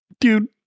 dude